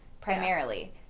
Primarily